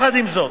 עם זאת,